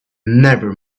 never